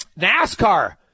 NASCAR